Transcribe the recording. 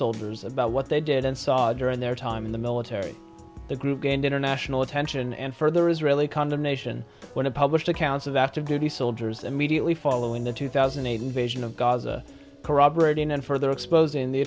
soldiers about what they did and saw during their time in the military the group gained international attention and further israeli condemnation when it published accounts of active duty soldiers immediately following the two thousand and eight invasion of gaza corroborating and further expos